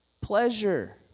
Pleasure